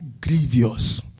grievous